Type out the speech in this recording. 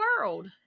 world